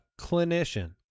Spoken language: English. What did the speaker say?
clinician